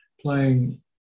playing